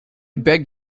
beg